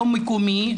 לא מקומי,